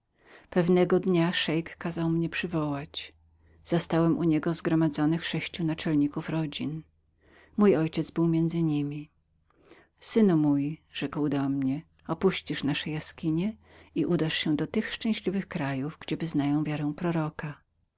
pewnego dnia szeik kazał mnie przywołać zastałem u niego zgromadzonych sześciu naczelników rodzin mój ojciec był między niemi synu mój rzekł do mnie opuścisz nasze jaskinie i udasz się do tych szczęśliwych krajów gdzie wyznają wiarę proroka